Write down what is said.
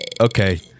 Okay